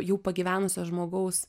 jau pagyvenusio žmogaus